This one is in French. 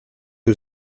aux